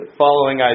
following